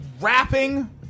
rapping